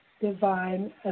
divine